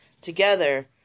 Together